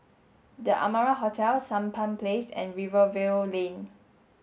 the Amara Hotel Sampan Place and Rivervale Lane